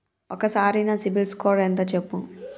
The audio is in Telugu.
ఒక్కసారి నా సిబిల్ స్కోర్ ఎంత చెప్పు?